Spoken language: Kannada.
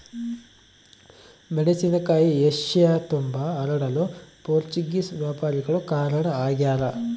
ಮೆಣಸಿನಕಾಯಿ ಏಷ್ಯತುಂಬಾ ಹರಡಲು ಪೋರ್ಚುಗೀಸ್ ವ್ಯಾಪಾರಿಗಳು ಕಾರಣ ಆಗ್ಯಾರ